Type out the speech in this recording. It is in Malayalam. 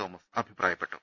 തോമസ് അഭി പ്രായപ്പെട്ടു